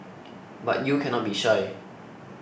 but you cannot be shy